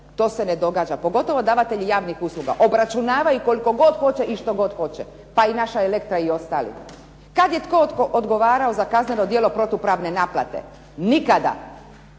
To se ne događa, pogotovo davatelji javnih usluga. Obračunavaju koliko god hoće i što god hoće, pa i naša Elektra i ostali. Kad je tko odgovarao za kazneno djelo protupravne naplate? Nikada,